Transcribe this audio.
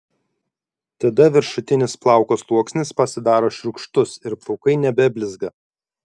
tada viršutinis plauko sluoksnis pasidaro šiurkštus ir plaukai nebeblizga